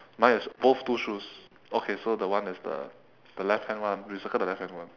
mine is both two shoes okay so that one is the the left hand one you circle the left hand one